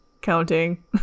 counting